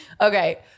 Okay